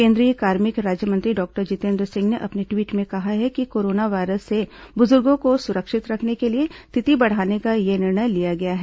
केंद्रीय कार्मिक राज्यमंत्री डॉक्टर जितेन्द्र सिंह ने अपने ट्वीट में कहा है कि कोरोना वायरस से बुजुर्गों को सुरक्षित रखने के लिए तिथि बढ़ाने का ये निर्णय लिया गया है